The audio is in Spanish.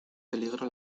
peligro